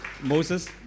Moses